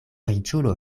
riĉulo